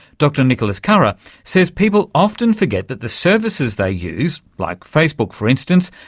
dr nicholas carah says people often forget that the services they use, like facebook for instance,